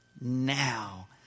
Now